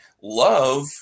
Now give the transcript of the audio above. love